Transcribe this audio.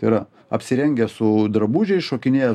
tai yra apsirengę su drabužiais šokinėja